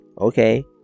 Okay